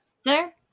sir